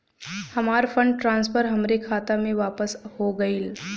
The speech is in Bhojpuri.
हमार फंड ट्रांसफर हमरे खाता मे वापस हो गईल